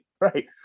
right